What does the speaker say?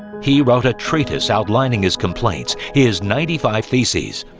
he wrote a treatise outlining his complaints, his ninety five theses.